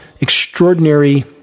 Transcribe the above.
extraordinary